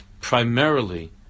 primarily